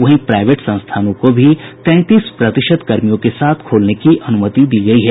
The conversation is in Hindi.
वहीं प्राइवेट संस्थानों को भी तैंतीस प्रतिशत कर्मियों के साथ खोलने की अनुमति दी गयी है